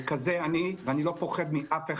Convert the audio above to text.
כזה אני ואני לא פוחד מאף אחד.